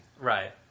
Right